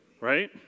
right